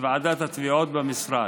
מוועידת התביעות במשרד.